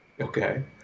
Okay